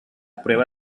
prueba